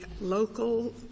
local